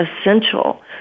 essential